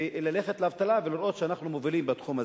וללכת לאבטלה ולראות שאנחנו מובילים בתחום הזה.